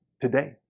today